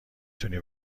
تونی